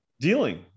dealing